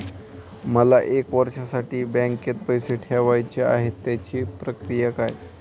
मला एक वर्षासाठी बँकेत पैसे ठेवायचे आहेत त्याची प्रक्रिया काय?